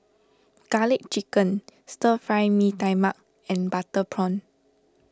Garlic Chicken Stir Fry Mee Tai Mak and Butter Prawn